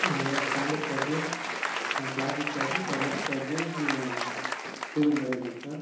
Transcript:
ஆ அதாது standard package classic package elite package premium packaging sir